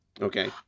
Okay